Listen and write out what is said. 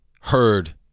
heard